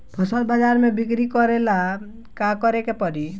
फसल बाजार मे बिक्री करेला का करेके परी?